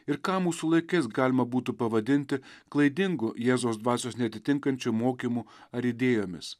ir ką mūsų laikais galima būtų pavadinti klaidingu jėzaus dvasios neatitinkančiu mokymu ar idėjomis